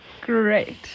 Great